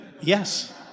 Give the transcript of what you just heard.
Yes